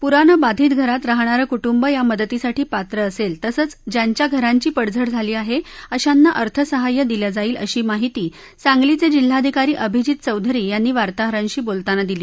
पुरानं वाधित घरात राहणारं कुटुंब या मदतीसाठी पात्र असर्वी तसंच ज्यांच्या घरांची पडझड झाली आह ीिशांना अर्थसहाय्य दिलं जाईल अशी माहिती सांगलीच जिल्हाधिकारी अभिजित चौधरी यांनी वार्ताहरांशी बोलताना दिली